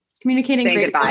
communicating